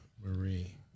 marie